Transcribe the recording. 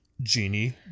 Genie